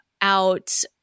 out